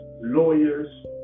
lawyers